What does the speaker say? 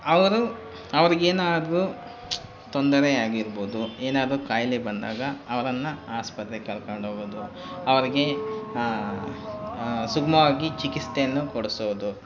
ಅವರು ಅವರಿಗೇನಾದ್ರು ತೊಂದರೆಯಾಗಿರ್ಬೋದು ಏನಾದರು ಕಾಯಿಲೆ ಬಂದಾಗ ಅವ್ರನ್ನು ಆಸ್ಪತ್ರೆಗೆ ಕರ್ಕೊಂಡು ಹೋಗೋದು ಅವರಿಗೆ ಸುಗಮವಾಗಿ ಚಿಕಿತ್ಸೆಯನ್ನು ಕೊಡಿಸೋದು